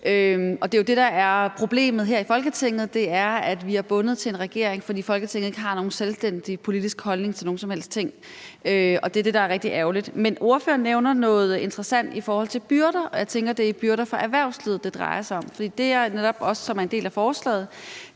Og det er jo det, der er problemet her i Folketinget, nemlig at vi er bundet til en regering, fordi Folketinget ikke har nogen selvstændig politisk holdning til nogen som helst ting; det er det, der er rigtig ærgerligt. Men ordføreren nævner noget interessant i forhold til byrder, og jeg tænker, at det er byrder for erhvervslivet, det drejer sig om. For det, der netop også er en del af forslaget,